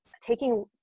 taking